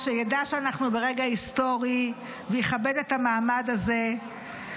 שידע שאנחנו ברגע ההיסטורי ויכבד את המעמד הזה.